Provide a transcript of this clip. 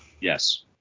Yes